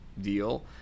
deal